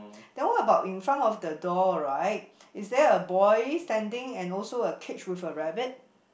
then what about in front of the door right is there a boy standing and also a kid with a rabbit